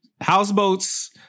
Houseboats